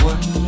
One